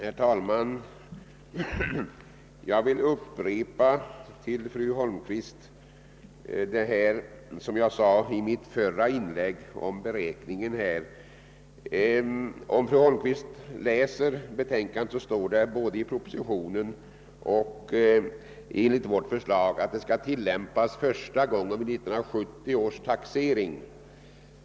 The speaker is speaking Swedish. Herr talman! Jag vill upprepa till fru Holmqvist vad jag sade i mitt förra inlägg om beräkningen. Det står både i propositionen och i vårt förslag, att bestämmelserna skall tillämpas första gången vid 1970 års taxering.